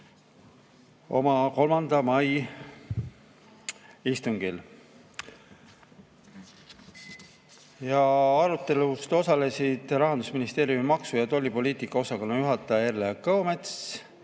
606 oma 3. mai istungil. Arutelus osalesid Rahandusministeeriumi maksu- ja tollipoliitika osakonna juhataja Erle Kõomets,